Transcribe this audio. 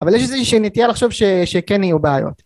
אבל יש איזשהי נטייה לחשוב שכן יהיו בעיות